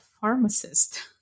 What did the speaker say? pharmacist